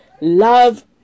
Love